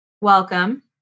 Welcome